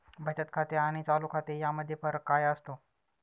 बचत खाते आणि चालू खाते यामध्ये फरक काय असतो?